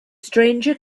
stranger